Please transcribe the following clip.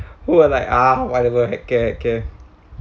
who are like ah whatever heck care heck care